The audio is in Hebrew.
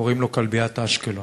קוראים לו כלביית אשקלון.